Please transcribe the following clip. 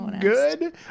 good